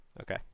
Okay